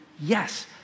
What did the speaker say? yes